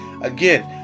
Again